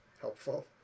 helpful